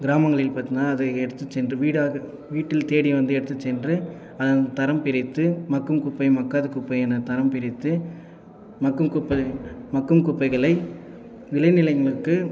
கிராமங்களில் பார்த்தீங்கன்னா அதை எடுத்து சென்று வீட்டில் தேடி வந்து எடுத்து சென்று அதன் தரம் பிரித்து மக்கும் குப்பை மக்காத குப்பை என தரம் பிரித்து மக்கும் குப்பைகளை விளைநிலங்களுக்கு